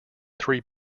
three